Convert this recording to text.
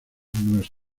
ntro